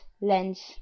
Lens